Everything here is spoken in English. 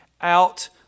out